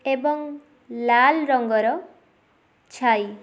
ଏବଂ ଲାଲ ରଙ୍ଗ ର ଛାଇ